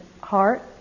heart